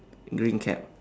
green cap